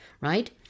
right